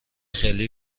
خیلی